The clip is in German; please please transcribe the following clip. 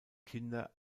kinder